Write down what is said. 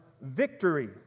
victory